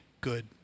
good